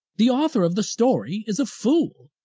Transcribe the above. the author of the story is a fool,